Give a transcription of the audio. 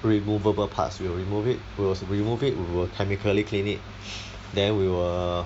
removable parts we'll remove it we'll remove it we'll chemically clean it then we will